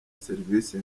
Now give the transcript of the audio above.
servisi